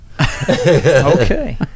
Okay